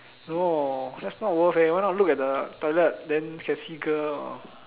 no that's not worth eh why not look at the toilet then can see girl or